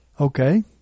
Okay